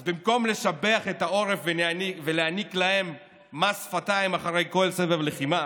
אז במקום לשבח את העורף ולהעניק להם מס שפתיים אחרי כל סבב לחימה,